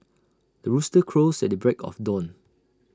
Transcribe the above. the rooster crows at the break of dawn